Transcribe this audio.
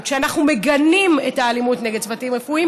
ואנחנו מגנים את האלימות נגד צוותים רפואיים,